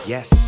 Yes